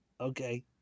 Okay